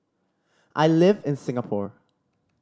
I live in Singapore